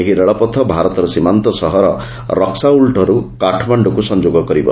ଏହି ରେଳପଥ ଭାରତର ସୀମାନ୍ତ ସହର ରକ୍ତାଉଲ୍ର କାଠମାଶ୍ରୁକୁ ସଂଯୋଗ କରିବ